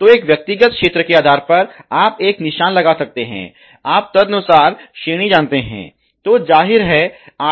तो एक व्यक्तिगत क्षेत्र के आधार पर आप एक निशान लगा सकते हैं आप तदनुसार श्रेणी जानते हैं तो जाहिर है